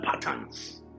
patterns